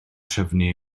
trefnu